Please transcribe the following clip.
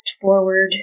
forward